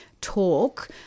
talk